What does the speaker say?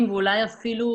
אודי אדירי,